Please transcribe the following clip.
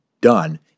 done